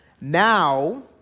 Now